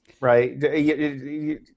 right